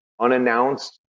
unannounced